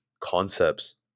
concepts